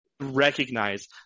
recognize